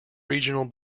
regional